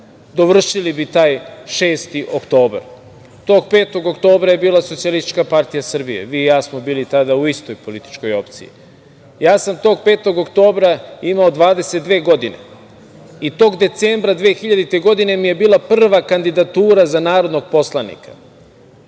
dovršili bi taj 6. oktobar. Tog 5. oktobra je bila SPS. Vi i ja smo tada bili u istoj političkoj opciji. Ja sam tog 5. oktobra imao 22 godine i tog decembra 2000. godine mi je bila prva kandidatura za narodnog poslanika.